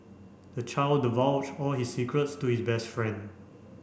the child divulged all his secrets to his best friend